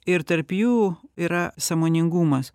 ir tarp jų yra sąmoningumas